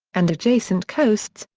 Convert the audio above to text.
and adjacent coasts,